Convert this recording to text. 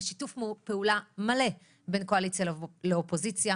יש שיתוף פעולה מלא בין קואליציה לאופוזיציה.